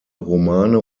romane